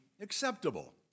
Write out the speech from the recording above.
acceptable